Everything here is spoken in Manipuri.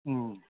ꯎꯝ